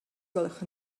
gwelwch